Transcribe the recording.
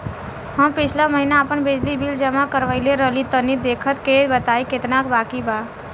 हम पिछला महीना आपन बिजली बिल जमा करवले रनि तनि देखऽ के बताईं केतना बाकि बा?